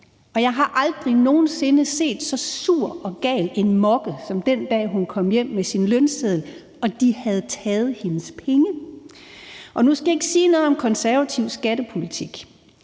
op. Jeg har aldrig nogen sinde set så sur og gal en mokke som den dag, hun kom hjem med sin lønseddel og de havde taget hendes penge. Nu skal jeg ikke sige noget om konservativ skattepolitik,